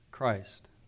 Christ